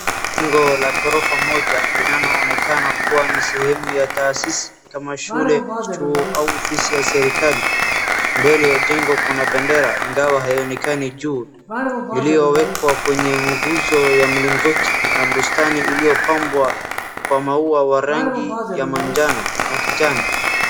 Jengo la ghorofa moja linaloonekana kuwa ni sehemu ya taasisi kama shule, chuo au ofisi ya serikali. Mbele ya jengo kuna bendera ingawa haionekani juu, iliyowekwa kwenye nguzo ya mlingoti na bustani iliyopambwa kwa maua wa rangi ya manjano na kijani.